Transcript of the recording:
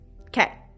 Okay